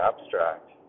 abstract